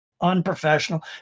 unprofessional